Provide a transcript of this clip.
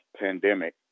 pandemic